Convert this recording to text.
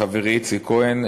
לחברי איציק כהן,